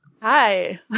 Hi